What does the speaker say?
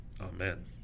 Amen